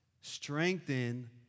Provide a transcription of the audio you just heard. strengthen